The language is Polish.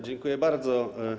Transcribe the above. Dziękuję bardzo.